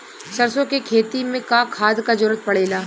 सरसो के खेती में का खाद क जरूरत पड़ेला?